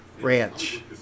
Ranch